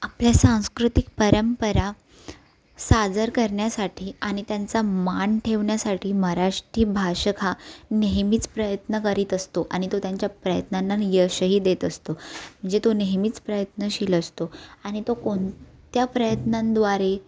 आपल्या सांस्कृतिक परंपरा साजर करण्यासाठी आणि त्यांचा मान ठेवण्यासाठी मराठी भाषक हा नेहमीच प्रयत्न करीत असतो आणि तो त्यांच्या प्रयत्नांना यशही देत असतो जे तो नेहमीच प्रयत्नशील असतो आणि तो कोणत्या प्रयत्नांद्वारे